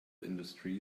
industry